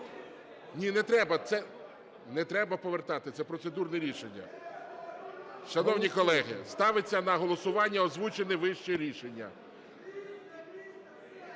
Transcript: Ні, не треба, це... не треба повертати, це процедурне рішення. Шановні колеги, ставиться на голосування озвучене вище рішення.